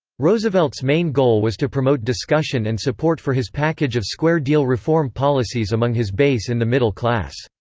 roosevelt's main goal was to promote discussion and support for his package of square deal reform policies among his base in the middle-class.